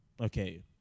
okay